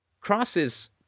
Crosses